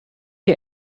ihr